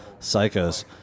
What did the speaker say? Psychos